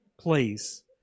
Please